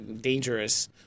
dangerous